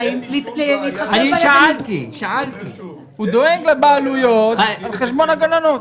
הוא דואג לבעלויות על חשבון הגננות.